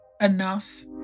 Enough